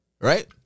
Right